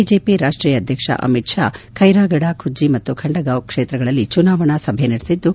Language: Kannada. ಬಿಜೆಪಿ ರಾಷ್ಷೀಯ ಅಧ್ಯಕ್ಷ ಅಮಿತ್ ಷಾ ಖೈರಾಗಡ ಖುಜ್ಜಿ ಮತ್ತು ಕಂಡಗಾಂವ್ ಕ್ಷೇತ್ರಗಳಲ್ಲಿ ಚುನಾವಣಾ ಸಭೆ ನಡೆಸಿದ್ದು